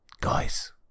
Guys